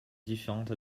différentes